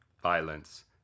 violence